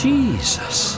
Jesus